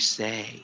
say